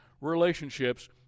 relationships